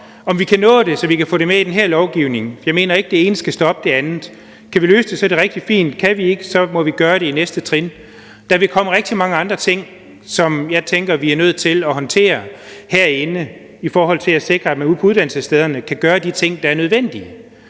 Om vi kan nå det, så vi kan få det med i den her lovgivning, ved jeg ikke. Jeg mener ikke, at det ene skal stoppe det andet. Kan vi løse det, er det rigtig fint. Kan vi ikke, må vi gøre det på næste trin. Der vil komme rigtig mange andre ting, som jeg tænker vi er nødt til at håndtere herinde, i forhold til at sikre at man ude på uddannelsesstederne kan gøre de ting, der er nødvendige.